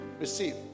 receive